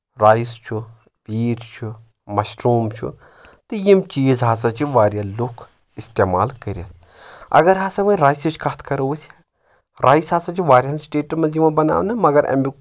rice چھُ پیٖر چھُ مشروٗم چھُ تہٕ یِم چیٖز ہسا چھِ واریاہ لُکھ اِستعمال کٔرِتھ اگر ہسا وۄنۍ رایسٕچ کتھ کرو أسۍ رایس ہسا چھِ واریاہن سٹیٹن منٛز یِوان بناونہٕ مگر امیُک